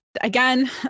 again